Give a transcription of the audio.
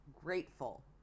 grateful